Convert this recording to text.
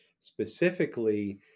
specifically